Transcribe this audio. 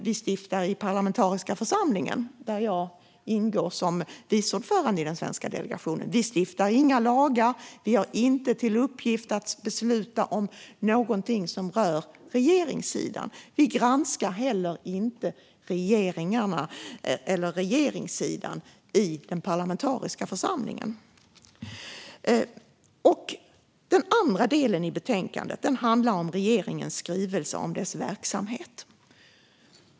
I den parlamentariska församlingen, där jag ingår som vice ordförande i den svenska delegationen, stiftar vi inga lagar. Vi har inte till uppgift att besluta om någonting som rör regeringssidan. Vi granskar heller inte regeringarna eller regeringssidan i den parlamentariska församlingen. Den andra delen i betänkandet handlar om regeringens skrivelse om dess verksamhet.